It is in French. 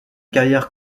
carrière